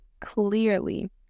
clearly